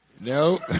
No